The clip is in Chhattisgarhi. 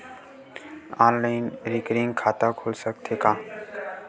ऑनलाइन रिकरिंग खाता खुल सकथे का?